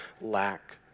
lack